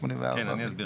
הנושא